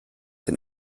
den